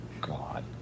God